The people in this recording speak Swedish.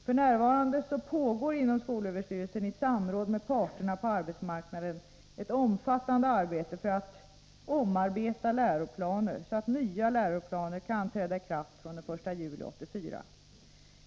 F.n. pågår inom skolöverstyrelsen i samråd med parterna på arbetsmarknaden ett omfattande arbete med omarbetning av läroplaner, så att nya sådana kan träda i kraft den 1 juli 1984.